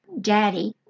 Daddy